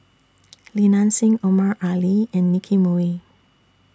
Li Nanxing Omar Ali and Nicky Moey